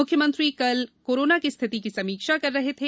मुख्यमंत्री कल कोरोना की स्थिति की समीक्षा कर रहे थे